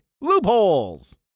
Loopholes